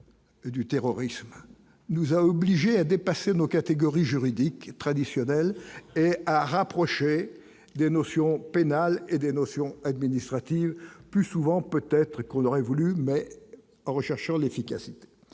du terrorisme, nous a obligés à dépasser nos catégories juridiques traditionnelles est à rapprocher des notions pénale et des notions administratives plus souvent, peut-être qu'on aurait voulu mais en recherchant l'efficacité